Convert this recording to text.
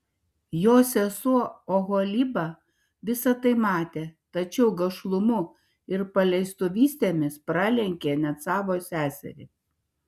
jos sesuo oholiba visa tai matė tačiau gašlumu ir paleistuvystėmis pralenkė net savo seserį